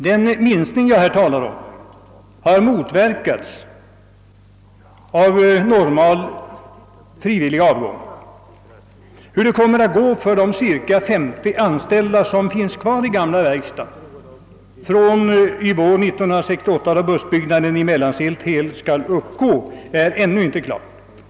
Den minskning jag här talar om har motverkats av en normal frivillig avgång. Hur det kommer att gå för de cirka 50 anställda som finns kvar i gamla verkstaden efter våren 1968 då bussombyggnaderna i Mellansel skall upphöra är ännu inte klart.